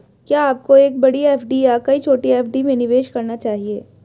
क्या आपको एक बड़ी एफ.डी या कई छोटी एफ.डी में निवेश करना चाहिए?